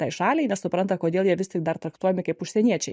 tai šaliai nesupranta kodėl jie vis tik dar traktuojami kaip užsieniečiai